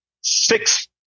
six